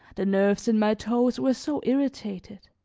the nerves in my toes were so irritated.